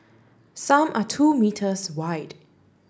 some are two meters wide